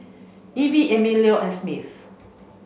Ivey Emilio and Smith